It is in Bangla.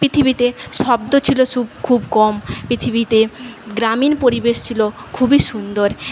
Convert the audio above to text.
পৃথিবীতে শব্দ ছিল খুব কম পৃথিবীতে গ্রামীণ পরিবেশ ছিল খুবই সুন্দর